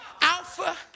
Alpha